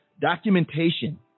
documentation